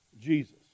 Jesus